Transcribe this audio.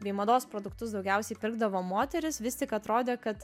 bei mados produktus daugiausiai pirkdavo moterys vis tik atrodė kad